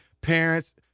Parents